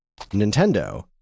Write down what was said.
Nintendo